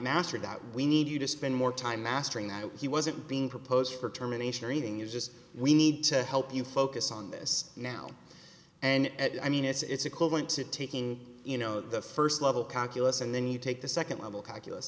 mastered that we need you to spend more time mastering that he wasn't being proposed for terminations or anything you just we need to help you focus on this now and i mean it's equivalent to taking you know the first level calculus and then you take the second level calculus